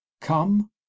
Come